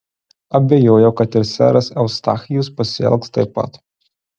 abejojau kad ir seras eustachijus pasielgs taip pat